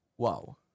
Wow